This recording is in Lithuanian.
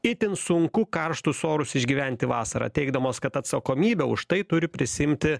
itin sunku karštus orus išgyventi vasarą teigdamos kad atsakomybę už tai turi prisiimti